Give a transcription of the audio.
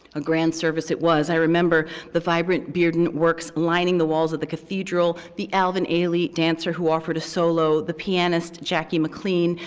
a grand service it was. i remember the vibrant bearden works lining the walls of the cathedral, the alvin ailey dancer who offered a solo, the pianist jackie mclean,